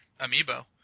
amiibo